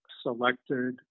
selected